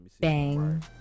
Bang